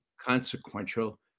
consequential